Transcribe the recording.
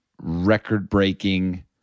record-breaking